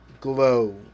Glow